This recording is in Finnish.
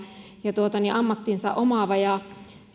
ja ammattinsa omaava